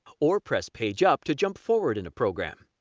or press page up to jump forward in a program.